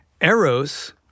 eros